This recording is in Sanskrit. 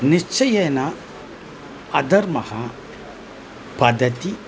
निश्चयेन अधर्मः पतति